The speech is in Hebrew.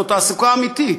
זאת תעסוקה אמיתית.